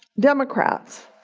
democrats.